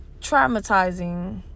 traumatizing